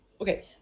okay